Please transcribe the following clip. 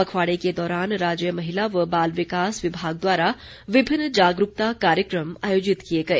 पखवाड़े के दौरान राज्य महिला व बाल विकास विभाग द्वारा विभिन्न जागरूकता कार्यक्रम आयोजित किए गए